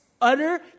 Utter